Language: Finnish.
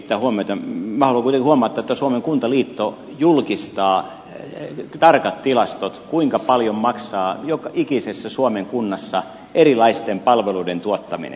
minä haluan kuitenkin huomauttaa että suomen kuntaliitto julkistaa tarkat tilastot siitä kuinka paljon maksaa joka ikisessä suomen kunnassa erilaisten palveluiden tuottaminen